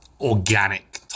organic